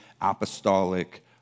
apostolic